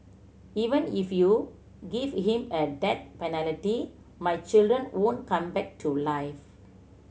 even if you give him a death my children won't come back to life